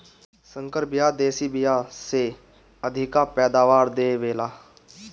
संकर बिया देशी बिया से अधिका पैदावार दे वेला